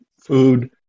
food